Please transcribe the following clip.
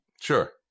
Sure